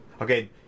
Okay